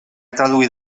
traduït